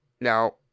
now